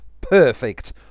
Perfect